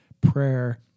prayer